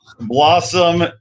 Blossom